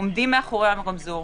עומדים מאחורי הרמזור,